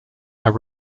are